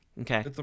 okay